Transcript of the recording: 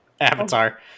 avatar